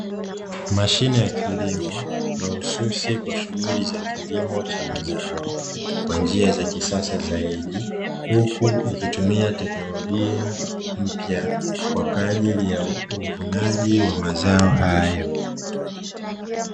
Mashine ya kilimo, mahususi kwaajili ya shughuli za kilimo cha mazao kwa njia za kisasa zaidi, huku ikitumia teknolojia mpya kwa ajili ya uvunaji wa mazao hayo.